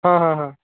हां हां हां